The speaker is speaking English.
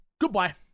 Goodbye